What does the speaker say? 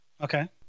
Okay